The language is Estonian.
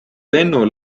lennu